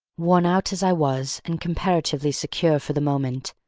worn out as i was, and comparatively secure for the moment,